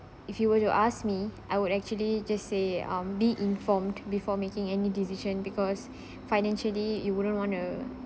if you were to ask me I would actually just say um be informed before making any decision because financially you wouldn't want to